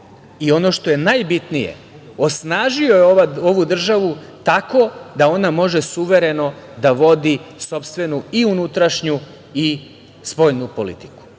i, ono što je najbitnije, osnažio je ovu državu tako da ona može suvereno da vodi sopstvenu i unutrašnju i spoljnu politiku.